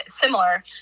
similar